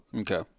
Okay